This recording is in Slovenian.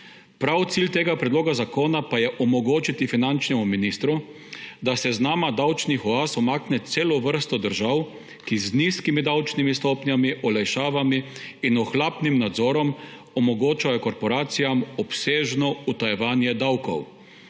Prav cilj tega predloga zakona pa je omogočiti finančnemu ministru, da s seznama davčnih oaz umakne celo vrsto držav, ki z nizkimi davčnimi stopnjami, olajšavami in ohlapnim nadzorom omogočajo korporacijam obsežno utajevanje davkov.